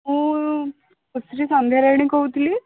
ମୁଁ ସୁଶ୍ରୀ ସନ୍ଧ୍ୟାରାଣୀ କହୁଥିଲି